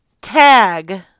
Tag